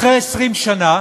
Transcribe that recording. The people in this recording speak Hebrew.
אחרי 20 שנה